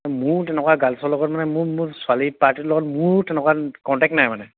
মোৰ তেনেকুৱা গাৰ্লছৰ লগত মানে মোৰ মোৰ ছোৱালী পাৰ্টীৰ লগত মোৰো তেনেকুৱা কণ্টেক্ট নাই মানে